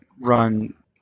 run